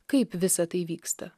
kaip visa tai vyksta